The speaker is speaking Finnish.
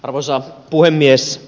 arvoisa puhemies